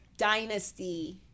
Dynasty